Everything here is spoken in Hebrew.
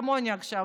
כמוני עכשיו,